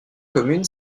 commune